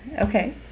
Okay